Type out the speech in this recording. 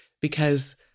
because-